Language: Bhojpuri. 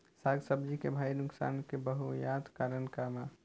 साग सब्जी के भारी नुकसान के बहुतायत कारण का बा?